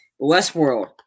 Westworld